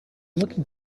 looking